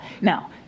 Now